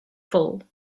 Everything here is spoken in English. fall